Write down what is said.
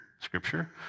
scripture